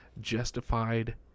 justified